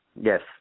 Yes